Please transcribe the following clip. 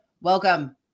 welcome